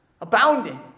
Abounding